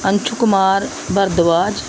Anshu Kumar Bhardwaj